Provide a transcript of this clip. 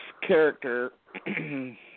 character